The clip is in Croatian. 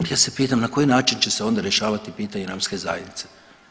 Ja se pitam na koji način će se onda rješavati pitanje romske zajednice.